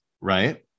Right